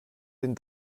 den